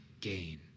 gain